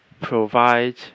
provide